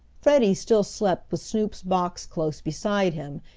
freddie still slept with snoop's box close beside him,